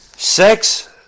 Sex